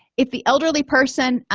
if the elderly person